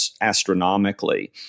astronomically